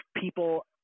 people